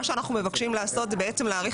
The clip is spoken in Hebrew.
מה שאנחנו מבקשים לעשות זה בעצם להאריך